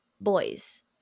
boys